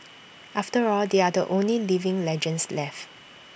after all they are the only living legends left